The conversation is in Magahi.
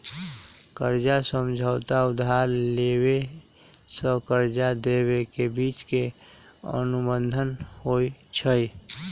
कर्जा समझौता उधार लेबेय आऽ कर्जा देबे के बीच के अनुबंध होइ छइ